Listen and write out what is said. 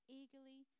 eagerly